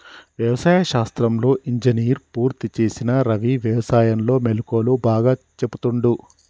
వ్యవసాయ శాస్త్రంలో ఇంజనీర్ పూర్తి చేసిన రవి వ్యసాయం లో మెళుకువలు బాగా చెపుతుండు